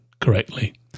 correctly